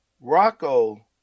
Rocco